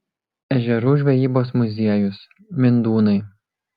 ežerų žvejybos muziejus mindūnai